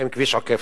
עוקף-טבריה.